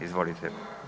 Izvolite.